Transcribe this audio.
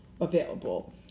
Available